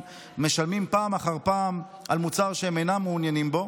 משלמים פעם אחר פעם על מוצר שהם אינם מעוניינים בו.